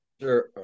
Sure